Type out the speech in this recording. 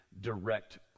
direct